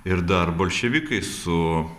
ir dar bolševikai su